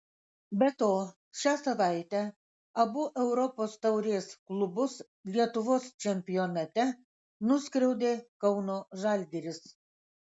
be to šią savaitę abu europos taurės klubus lietuvos čempionate nuskriaudė kauno žalgiris